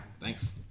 thanks